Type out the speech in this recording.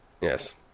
Yes